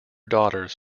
daughters